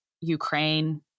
Ukraine